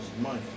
money